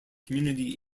community